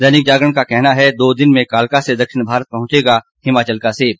दैनिक जागरण का कहना है दो दिन में कालका से दक्षिण भारत पहुंचेगा हिमाचल का सेब